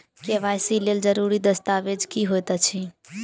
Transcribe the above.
KYC लेल जरूरी दस्तावेज की होइत अछि?